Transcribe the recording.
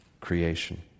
creation